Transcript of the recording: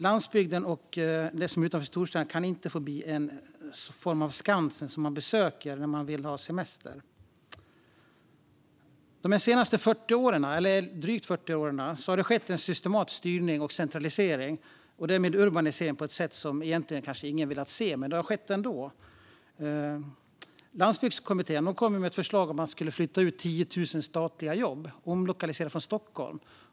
Landsbygden och det som finns utanför storstäderna kan inte få bli något slags Skansen, som man besöker när man vill ha semester. De senaste dryga 40 åren har det skett en systematisk styrning mot centralisering, och därmed urbanisering, på ett sätt som ingen kanske egentligen velat se, men det har skett ändå. Landsbygdskommittén kom med ett förslag om att flytta ut, omlokalisera, 10 000 statliga jobb från Stockholm.